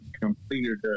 completed